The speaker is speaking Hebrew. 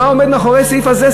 מה עומד מאחורי הסעיף הזה,